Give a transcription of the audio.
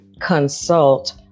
consult